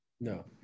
No